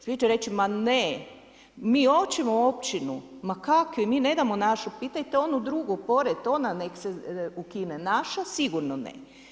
Svi će reći ma ne, mi hoćemo općinu, ma kakvi, mi ne damo našu, pitajte onu drugu pored, ona neka se ukine, naša sigurno ne.